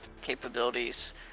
capabilities